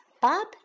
Bob